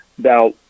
Now